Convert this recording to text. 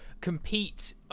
compete